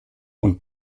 und